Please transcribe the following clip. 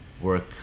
work